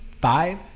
Five